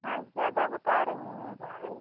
आप ज़्यादा बता रहे हैं भाड़े